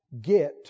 get